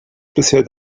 bisher